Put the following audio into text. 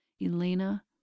Elena